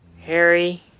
Harry